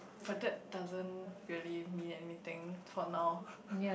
but that doesn't really mean anything for now